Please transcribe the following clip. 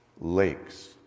lakes